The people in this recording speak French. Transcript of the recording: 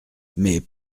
mais